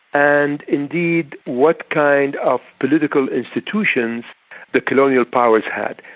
and indeed what kind of political institutions the colonial powers had.